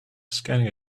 scanning